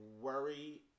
worry